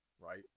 Right